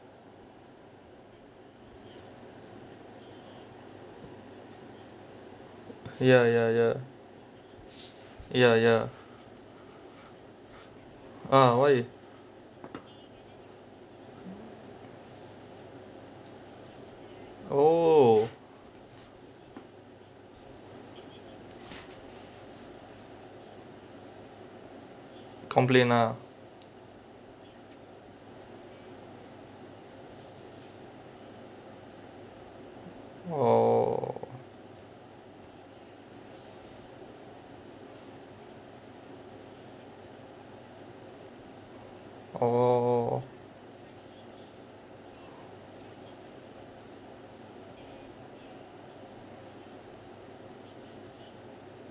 ya ya ya ya ya ah why oh complain ah oh oh